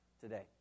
today